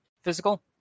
physical